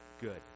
good